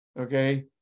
okay